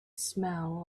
smell